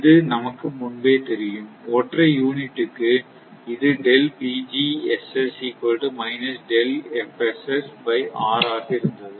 இது நமக்கு முன்பே தெரியும் ஒற்றை யூனிட்டுக்கு இது ஆக இருந்தது